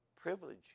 privilege